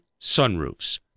sunroofs